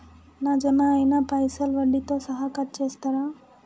నా జమ అయినా పైసల్ వడ్డీతో సహా కట్ చేస్తరా?